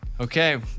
Okay